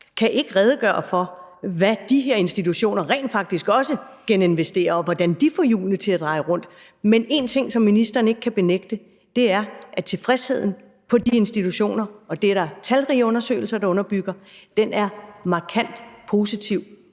kan ikke redegøre for, hvad de her institutioner rent faktisk også geninvesterer, og hvordan de får hjulene til at dreje rundt. Men en ting, som ministeren ikke kan benægte, er, at tilfredsheden på de institutioner – og det er der talrige undersøgelser, der underbygger – er markant positiv,